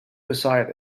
beside